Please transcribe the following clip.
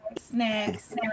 Snacks